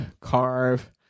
carve